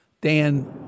Dan